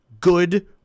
good